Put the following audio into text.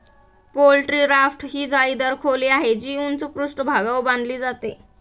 poultry raft ही जाळीदार खोली आहे, जी उंच पृष्ठभागावर बांधली जाते